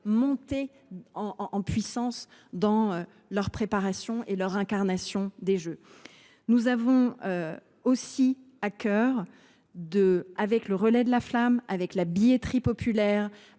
monter en puissance dans leur préparation et incarner les Jeux. Nous avons aussi à cœur, avec le relais de la flamme, la billetterie populaire,